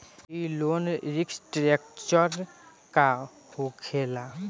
ई loan restructure का होखे ला?